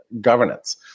governance